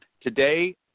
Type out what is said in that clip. today